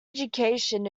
education